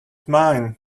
mine